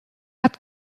hat